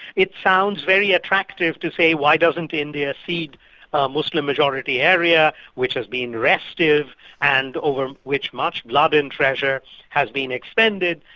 it sounds very attractive to say why doesn't india cede a muslim majority area which has been restive and over which much blood and treasure has been expended,